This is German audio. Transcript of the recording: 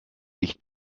licht